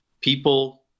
people